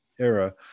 Era